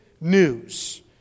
news